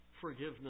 Forgiveness